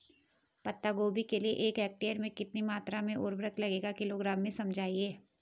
पत्ता गोभी के लिए एक हेक्टेयर में कितनी मात्रा में उर्वरक लगेगा किलोग्राम में समझाइए?